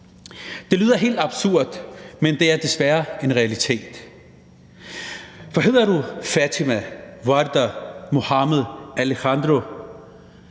Det lyder helt absurd, men det er desværre en realitet. For hedder du Fatima, Wuarga, Mohammed eller Alejandro,